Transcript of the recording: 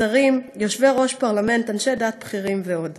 שרים, יושבי-ראש פרלמנטים, אנשי דת בכירים ועוד.